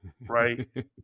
right